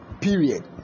period